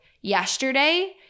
yesterday